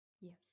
yes